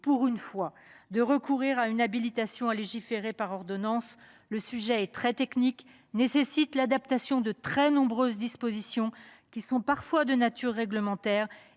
pour une fois, de recourir à une habilitation à légiférer par ordonnance : le sujet est très technique ; il nécessite l’adaptation de très nombreuses dispositions, qui sont parfois de nature réglementaire